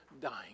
dying